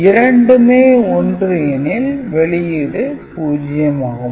இரண்டுமே 1 எனில் வெளியீடு 0 ஆகும்